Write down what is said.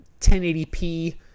1080p